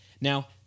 Now